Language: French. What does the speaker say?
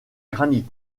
granit